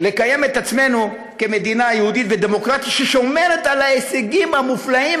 לקיים את עצמנו כמדינה יהודית ודמוקרטית ששומרת על ההישגים המופלאים,